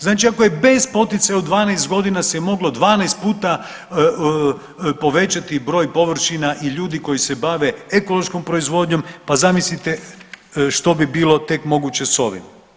Znači ako je bez poticaja u 12 godina se moglo 12 puta povećati broj površina i ljudi koji se bave ekološkom proizvodnjom pa zamislite što bi bilo tek moguće s ovim.